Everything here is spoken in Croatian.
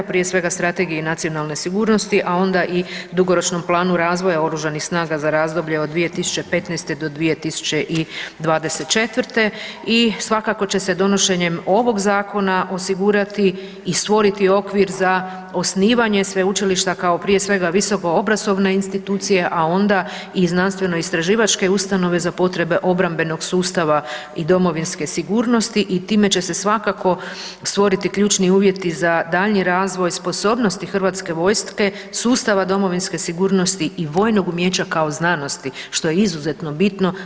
Prije svega Strategiji nacionalne sigurnosti, a onda i dugoročnom planu razvoja oružanih snaga za razdoblje od 2015. do 2024. i svakako će se donošenjem ovog zakona osigurati i stvoriti okvir za osnivanje sveučilišta kao prije svega visokoobrazovne institucije, a onda i znanstveno istraživačke ustanove za potrebe obrambenog sustava i domovinske sigurnosti i time će se svakako stvoriti ključni uvjeti za daljnji razvoj sposobnosti hrvatske vojske, sustava domovinske sigurnosti i vojnog umijeća kao znanosti što je izuzetno bitno.